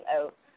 out